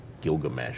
Gilgamesh